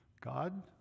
God